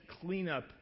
cleanup